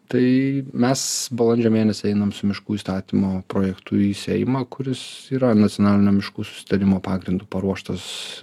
tai mes balandžio mėnesį einam su miškų įstatymo projektu į seimą kuris yra nacionalinio miškų susitarimo pagrindu paruoštas